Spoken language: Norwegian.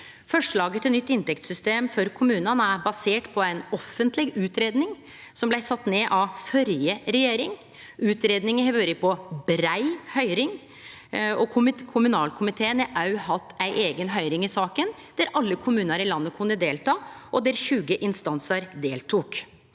Forslaget til nytt inntektssystem for kommunane er basert på ei offentleg utgreiing som blei sett ned av førre regjering. Utgreiinga har vore på brei høyring. Kommunalkomiteen har òg hatt ei eiga høyring i saka, der alle kommunar i landet kunne delta, og der 20 instansar deltok.